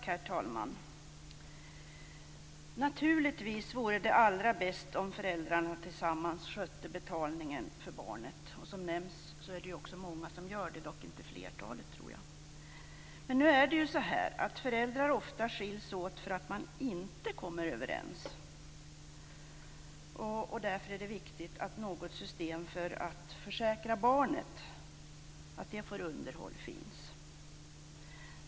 Herr talman! Naturligtvis vore det allra bäst om föräldrarna tillsammans skötte betalningen för barnet. Som nämnts är det också många som gör det - dock inte flertalet, tror jag. Men nu är det ju så att föräldrar ofta skiljs åt därför att man inte kommer överens. Därför är det viktigt att det finns något system som försäkrar att barnet får underhåll.